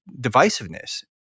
divisiveness